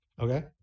Okay